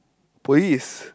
please